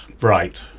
Right